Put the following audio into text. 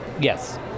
Yes